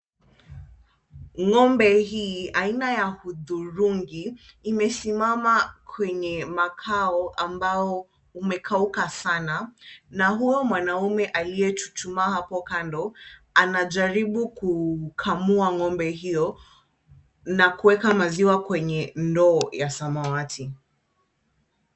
Ng'ombe hii ya aina ya hudhurungi imesimama kwenye makao ambao umekauka sana na huo mwanaume aliyechuchumaa hapo kando anajaribu kukamua ng'ombe hiyo na kueka maziwa kwenye ndoo ya samawati.